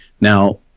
Now